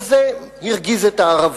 אז זה הרגיז את הערבים.